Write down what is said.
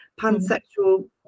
Pansexual